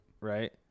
Right